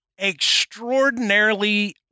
extraordinarily